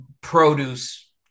produce